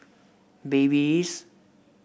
Babyliss